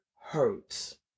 hurts